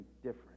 different